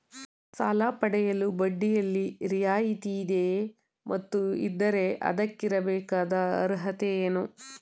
ಸಾಲ ಪಡೆಯಲು ಬಡ್ಡಿಯಲ್ಲಿ ರಿಯಾಯಿತಿ ಇದೆಯೇ ಮತ್ತು ಇದ್ದರೆ ಅದಕ್ಕಿರಬೇಕಾದ ಅರ್ಹತೆ ಏನು?